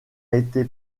été